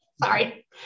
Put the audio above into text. Sorry